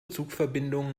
zugverbindungen